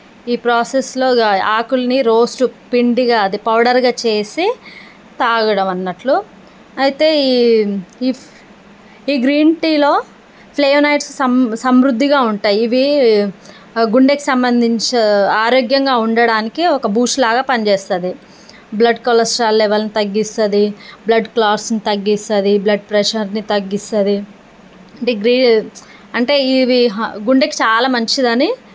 ఈ ప్రాసెస్లో ఆకుల్ని రోస్ట్ పిండిగా అదే పౌడర్గా చేసి తాగడం అన్నట్లు అయితే ఈ ఇఫ్ ఈ గ్రీన్ టీలో ఫ్లేవనైడ్స్ సం సమృద్ధిగా ఉంటాయి ఇవి గుండెకి సంబంధించి ఆరోగ్యంగా ఉండడానికి ఒక బూస్ట్లాగా పని చేస్తుంది బ్లడ్ కొలెస్ట్రాల్ లెవెల్ తగ్గిస్తుంది బ్లడ్ క్లాట్స్ తగ్గిస్తుంది బ్లడ్ ప్రెజర్ని తగ్గిస్తుంది అంటే గ్రీ అంటే ఇది గుండెకి చాలా మంచిదని